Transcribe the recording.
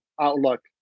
Outlook